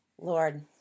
Lord